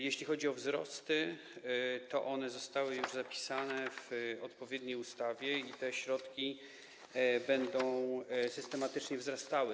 Jeśli chodzi o wzrosty, to zostały one już zapisane w odpowiedniej ustawie, i te środki będą systematycznie wzrastały.